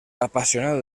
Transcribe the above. apasionado